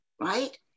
right